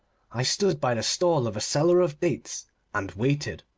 i stood by the stall of a seller of dates and waited.